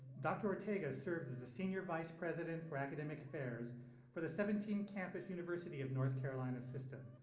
dr ortega served as a senior vice president for academic affairs for the seventeen campus university of north carolina system.